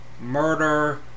murder